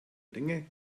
ringe